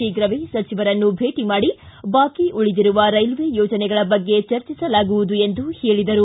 ಶೀಘ್ರವೇ ಸಚಿವರನ್ನು ಭೇಟಿ ಮಾಡಿ ಬಾಕಿ ಉಳಿದಿರುವ ರೈಲ್ವೇ ಯೋಜನೆಗಳ ಬಗ್ಗೆ ಚರ್ಚಿಸಲಾಗುವುದು ಎಂದು ಹೇಳಿದರು